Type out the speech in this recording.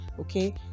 okay